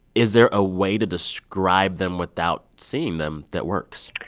is there a way to describe them without seeing them that works?